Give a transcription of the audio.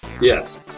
yes